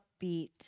upbeat